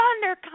Thunder